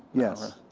yes,